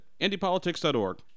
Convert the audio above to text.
IndyPolitics.org